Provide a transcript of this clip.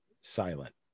silent